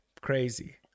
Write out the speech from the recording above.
crazy